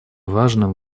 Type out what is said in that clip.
важным